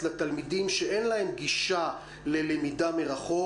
לתלמידים שאין להם גישה ללמידה מרחוק.